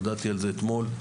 הודעתי על זה אתמול.